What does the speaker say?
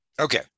okay